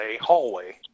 hallway